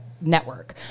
network